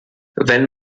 wenn